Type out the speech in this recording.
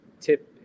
tip